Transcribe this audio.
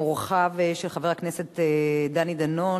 והם אורחיו של חבר הכנסת דני דנון,